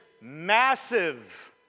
massive